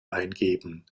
eingeben